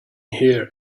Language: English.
hear